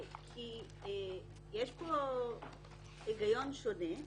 כי יש פה היגיון שונה.